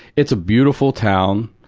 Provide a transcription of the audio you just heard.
it's a beautiful town.